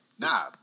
Nah